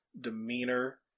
demeanor